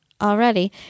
already